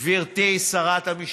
גברתי שרת המשפטים,